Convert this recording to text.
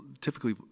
typically